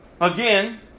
Again